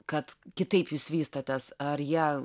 kad kitaip jūs vystotės ar jie